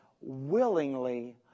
willingly